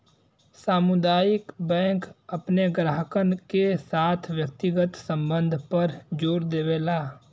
सामुदायिक बैंक अपने ग्राहकन के साथ व्यक्तिगत संबध पर जोर देवला